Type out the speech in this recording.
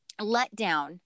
letdown